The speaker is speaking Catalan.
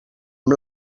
amb